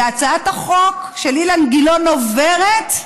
כשהצעת החוק של אילן גילאון עברה,